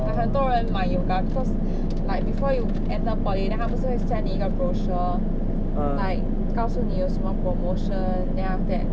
like 很多人买 yoga cause like before you enter poly then 它不是会 send 你一个 brochure like 告诉你有什么 promotion then after that